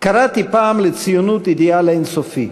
"קראתי פעם לציונות אידיאל אין-סופי",